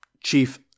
chief